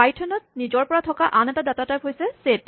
পাইথনত নিজৰ পৰা থকা আন এটা ডাটা টাইপ হৈছে ছেট